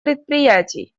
предприятий